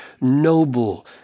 noble